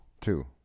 Two